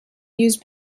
use